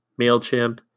MailChimp